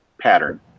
pattern